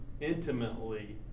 intimately